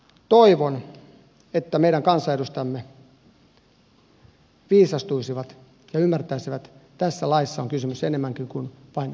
toivon että meidän kansanedustajamme viisastuisivat ja ymmärtäisivät että tässä laissa on kysymys enemmästäkin kuin vain aikuisten oikeuksista